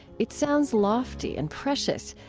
it sounds lofty and precious,